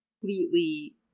completely